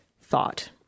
thought